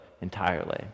entirely